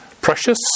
precious